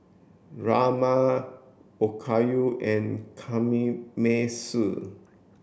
Rajma Okayu and Kamameshi